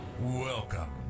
Welcome